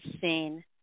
Seen